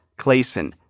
Clayson